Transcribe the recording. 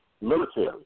military